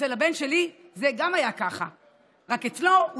גם אצל הבן שלי זה היה כך,